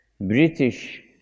British